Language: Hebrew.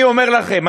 אני אומר לכם,